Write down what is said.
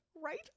right